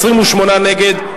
28 נגד,